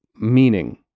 meaning